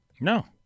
No